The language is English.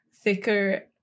thicker